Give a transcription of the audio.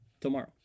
tomorrow